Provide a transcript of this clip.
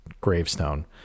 gravestone